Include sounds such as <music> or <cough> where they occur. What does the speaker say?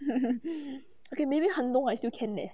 <laughs> okay maybe handong I still can eh